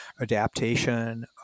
adaptation